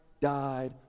died